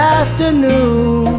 afternoon